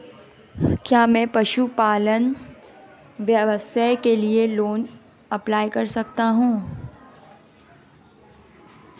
क्या मैं पशुपालन व्यवसाय के लिए लोंन अप्लाई कर सकता हूं?